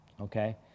Okay